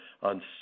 on